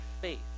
faith